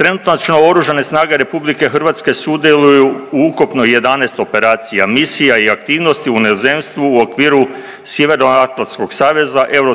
Trenutačno Oružane snage Republike Hrvatske sudjeluju u ukupno 11 operacija, misija i aktivnosti u inozemstvu u okviru Sjevernoatlantskog saveza EU